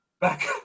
back